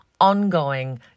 ongoing